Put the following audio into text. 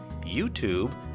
YouTube